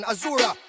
Azura